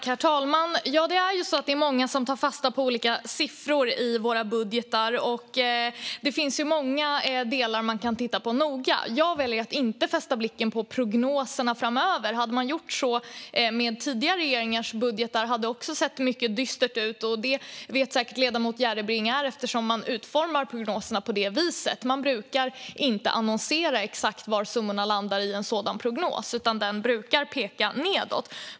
Herr talman! Det är många som tar fasta på olika siffror i våra budgetar, och det finns många delar man kan titta noga på. Jag väljer att inte fästa blicken på prognoserna framöver. Hade man gjort det med tidigare regeringars budgetar hade det också sett mycket dystert ut. Ledamoten Järrebring vet säkert att detta beror på att man utformar prognoserna på det viset. Man brukar inte annonsera exakt var summorna landar i en sådan prognos, utan den brukar peka nedåt.